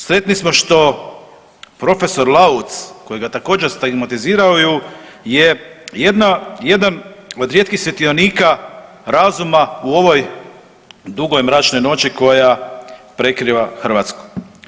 Sretni smo što prof. Lauc kojega također stigmatiziraju je jedan od rijetkih svjetionika razuma u ovoj dugoj mračnoj noći koja prekriva Hrvatsku.